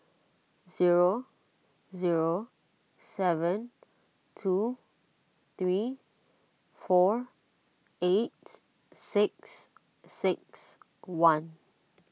zero zero seven two three four eight six six one